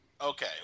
Okay